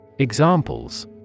Examples